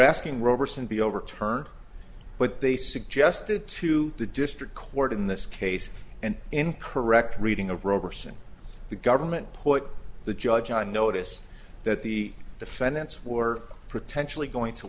asking roberson be overturned but they suggested to the district court in this case and in correct reading of roberson the government put the judge on notice that the defendants were potentially going to